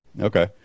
Okay